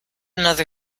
another